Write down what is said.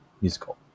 musical